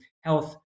health